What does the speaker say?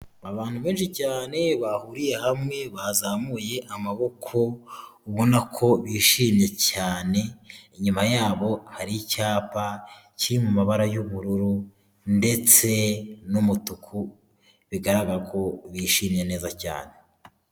Abantu benshi cyane bahuriye hamwe bazamuye amaboko ubona ko bishimye cyane, inyuma yabo hari icyapa kiri mu mabara y'ubururu ndetse n'umutuku, bigaragara ko bishimye neza cyane.